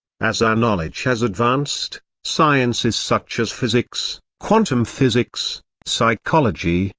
as our knowledge has advanced, sciences such as physics, quantum physics, psychology,